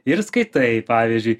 ir skaitai pavyzdžiui